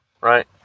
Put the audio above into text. Right